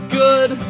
good